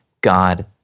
god